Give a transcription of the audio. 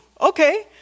okay